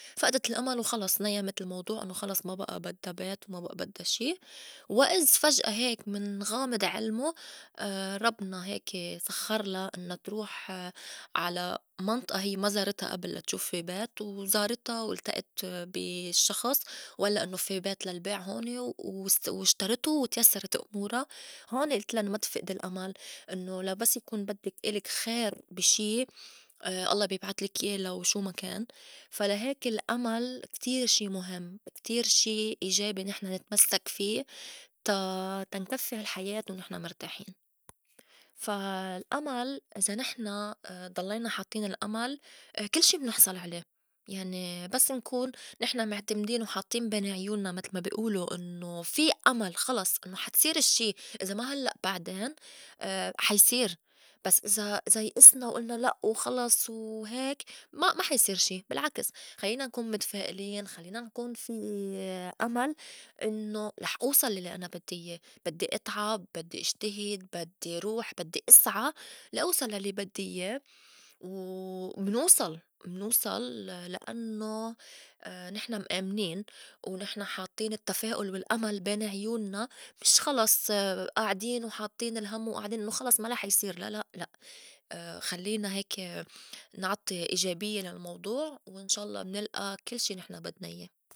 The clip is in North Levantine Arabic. فئدت الأمل وخلص نيّمت الموضوع إنّو خلص ما بئى بدّا بيت ما بئى بدّا شي وإذ فجأة هيك من غامض علمه ربنا هيكي سخّرلا إنّا تروح على منطقة هيّ ما زارتا أبل لا تشوف في بيت وزارتا والتقت بي شخص وألّا إنّو في بيت للبيع هوني و- وأس- واشترته وتيسّرت أمورا هوني إلتلّا إنّو ما تفقدي الأمل إنّو لا بس يكون بدّك إلك خير بي شي الله بيبعتلك يا لو شو ما كان فا لا هيك الأمل كتير شي مُهم، كتير شي إيجابي، نحن نتمسّك في تا- تا نكفّي هالحياة ونحن مرتاحين. فا الأمل إذا نحن ضلّينا حاطّين الأمل كل شي منحصل عليه يعني بس نكون نحن معتمدين وحاطّين بين عيونّا متل ما بي قوله إنّو في أمل خلص إنّو حا تصير الشّي إذا ما هلّأ بعدين حا يصير بس إذا- إذا يئسنا وألنا لأ وخلص وهيك ما- ما حا يصير شي بالعكس خلّينا نكون متفائلين خلّينا نكون في أمل إنّو رح أوصل للّي أنا بدّي يا، بدّي اتعب، بدّي اجتهد، بدّي روح، بدّي إسعى لا أوصل للّي بدّي ياه و منوصل- منوصل لأنّو نحن مأمنين ونحن حاطّين التّفاؤل والأمل بين عيونّا مش خلص قاعدين وحاطّين الهم وقاعدين إنّو خلص ما لح يصير لا لأ لأ خلّينا هيكي نعطي إيجابيّة للموضوع وإن شا الله منلئى كل شي نحن بدنا يا.